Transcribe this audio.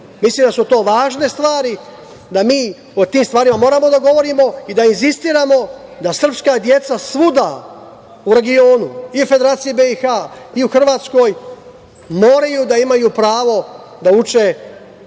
da su to važne stvari, da mi o tim stvarima moramo da govorimo i da insistiramo da srpska deca svuda u regionu i Federaciji BiH, i u Hrvatskoj moraju da imaju pravo da uče,